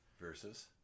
Versus